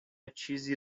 چیزی